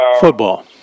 football